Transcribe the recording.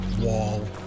wall